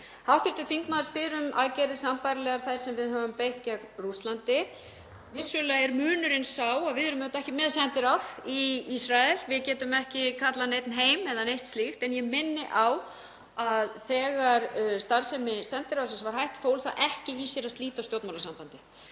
efnum. Hv. þingmaður spyr um aðgerðir sambærilegar þeim sem við höfum beitt gegn Rússlandi. Vissulega er munurinn sá að við erum auðvitað ekki með sendiráð í Ísrael, við getum ekki kallað neinn heim eða neitt slíkt. En ég minni á að þegar starfsemi sendiráðsins var hætt fól það ekki í sér að slíta stjórnmálasambandi